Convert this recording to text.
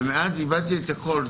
ומאז איבדתי את הכול.